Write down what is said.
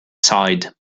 side